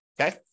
okay